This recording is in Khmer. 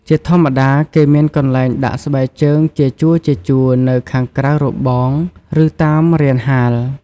ជាធម្មតា គេមានកន្លែងដាក់ស្បែកជើងជាជួរៗនៅខាងក្រៅរបង ឬតាមរានហាល។